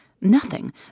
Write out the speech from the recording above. Nothing